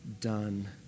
done